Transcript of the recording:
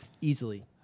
easily